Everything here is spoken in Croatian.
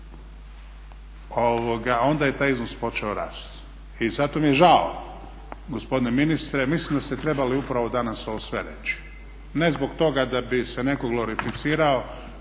onda je taj iznos počeo rasti. I zato mi je žao gospodine ministre, mislim da ste trebali upravo danas ovo sve reći, ne zbog toga da bi se netko glorificirao,